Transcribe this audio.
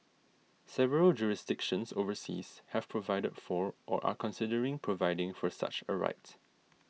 several jurisdictions overseas have provided for or are considering providing for such a right